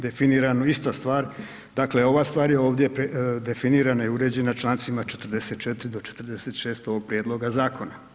Definirano, ista stvar dakle ova stvar je ovdje definirana i uređena Člancima 44. do 46. ovog prijedloga zakona.